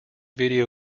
video